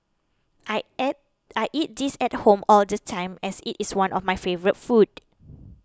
I eat this at home all the time as it is one of my favourite foods